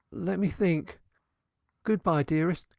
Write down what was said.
let me think good-bye, dearest,